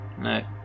No